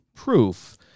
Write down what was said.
proof